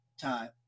time